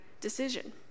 decision